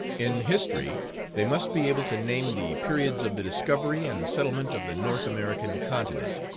in history they must be able to name the periods of the discovery and settlement of the north american continent,